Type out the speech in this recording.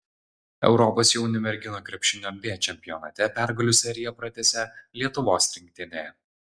europos jaunių merginų krepšinio b čempionate pergalių seriją pratęsė lietuvos rinktinė